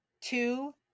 two